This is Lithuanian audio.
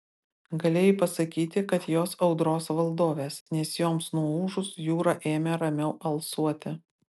galėjai pasakyti kad jos audros valdovės nes joms nuūžus jūra ėmė ramiau alsuoti